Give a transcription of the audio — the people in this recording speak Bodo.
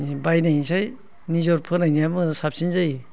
बायनायनिख्रुय निजे फोनायनिया साबसिन जायो